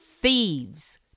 thieves